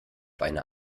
eine